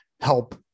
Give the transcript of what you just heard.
help